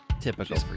typical